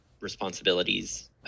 responsibilities